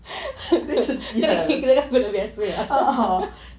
macam [sial] a'ah